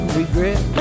regret